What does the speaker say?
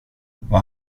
vad